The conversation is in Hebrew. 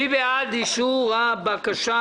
מי בעד אישור הבקשה?